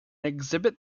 exhibit